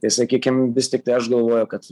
tai sakykim vis tiktai aš galvoju kad